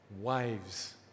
Wives